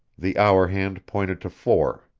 the hour hand pointed to four.